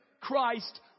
Christ